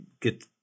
get